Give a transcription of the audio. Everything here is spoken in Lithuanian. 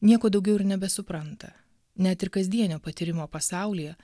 nieko daugiau ir nebesupranta net ir kasdienio patyrimo pasaulyje